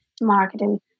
marketing